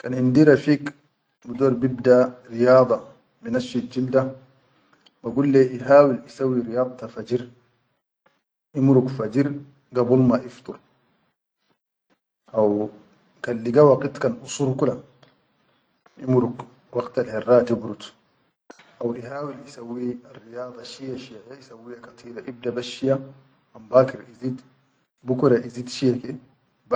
Kan indi rafig bidor bibda riyada minashit jilda, ba gulleya ihawul isauyi riyadta fajir, imuruk fajr gabulal ma ifdur, hau kan liga waqit kan usur kula, imuruk waqtal herra tiburud. Haw ihawil isawwi arriyada shiya-shiyaya isawwiya kateere, ibda bel shiya an bakir izid, bukura izid shiyake.